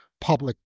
public